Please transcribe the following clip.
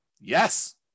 yes